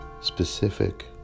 specific